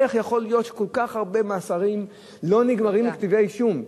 איך יכול להיות שכל כך הרבה מאסרים לא נגמרים בכתבי אישום?